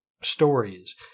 stories